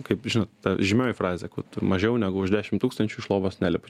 kaip žinot ta žymioji frazė kur tu mažiau negu už dešimt tūkstančių iš lovos nelipi